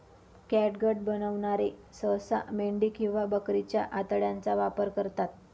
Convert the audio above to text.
catgut बनवणारे सहसा मेंढी किंवा बकरीच्या आतड्यांचा वापर करतात